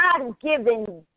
God-given